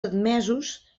admesos